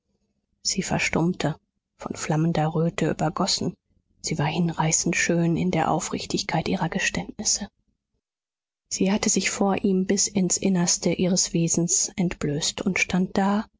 sie verstummte von flammender röte übergossen sie war hinreißend schön in der aufrichtigkeit ihrer geständnisse sie hatte sich vor ihm bis ins innerste ihres wesens entblößt und stand da